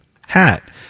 hat